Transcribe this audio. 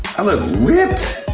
i look ripped.